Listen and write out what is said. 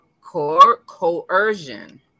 coercion